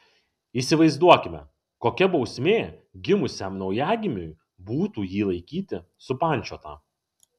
įsivaizduokime kokia bausmė gimusiam naujagimiui būtų jį laikyti supančiotą